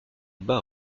bas